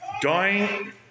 dying